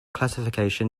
classification